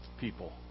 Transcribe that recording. people